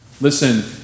Listen